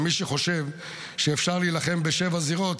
ומי שחושב שאפשר להילחם בשבע זירות,